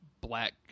black